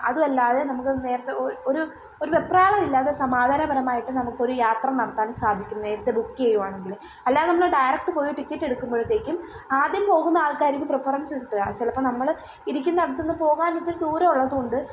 അതുമല്ലാതെ നമുക്കത് നേരത്തെ ഒരു ഒരു വെപ്രാളമില്ലാതെ ഒരു സമാധാനപരമായിട്ട് നമുക്കൊരു യാത്ര നടത്താനും സാധിക്കും നേരത്തെ ബുക്ക് ചെയ്യുകയാണെങ്കിൽ അല്ലാതെ നമ്മൾ ഡയറക്ട് പോയൊരു ടിക്കറ്റ് എടുക്കുമ്പോഴത്തേയ്ക്കും ആദ്യം പോകുന്ന ആൾക്കാർക്ക് പ്രിഫറൻസ് കിട്ടുക ചിലപ്പം നമ്മൾ ഇരിക്കുന്ന അടുത്തുനിന്ന് പോകാനിത്തിരി ദൂരമുള്ളതുകൊണ്ട്